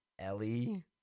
Ellie